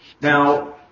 Now